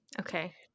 okay